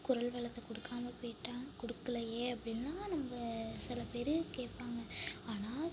குரல் வளத்தை கொடுக்காம போய்ட்டா கொடுக்கலையே அப்புடின்னுலாம் நம்ம சில பேர் கேட்பாங்க ஆனா